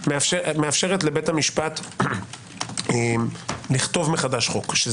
מאפשרת לבית המשפט לכתוב מחדש חוק או